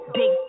big